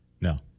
No